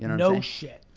you know no shit.